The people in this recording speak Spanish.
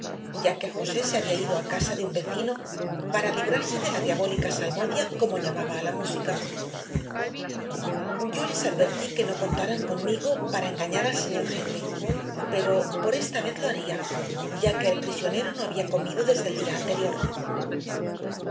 ya que josé se había ido a casa de un vecino para librarse de la diabólica salmodia como llamaba a la música yo les advertí que no contaran conmigo para engañar al señor hindley pero por esta vez lo haría ya que el prisionero no había comido desde el día anterior